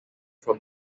from